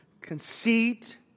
conceit